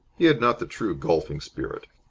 he had not the true golfing spirit.